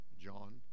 John